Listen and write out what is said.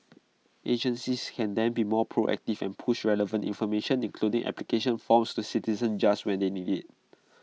agencies can then be more proactive and push relevant information including application forms to citizens just when they need IT